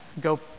go